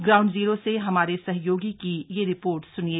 ground zero से हमारे सहयोगी की यह रिपोर्ट सुनिए